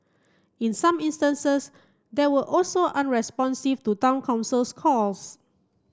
in some instances they were also unresponsive to Town Council's calls